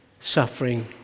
suffering